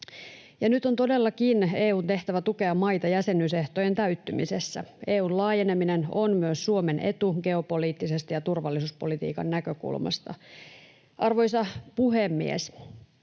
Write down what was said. Nyt on todellakin EU:n tehtävä tukea maita jäsenyysehtojen täyttymisessä. EU:n laajeneminen on myös Suomen etu geopoliittisesti ja turvallisuuspolitiikan näkökulmasta. Arvoisa puhemies!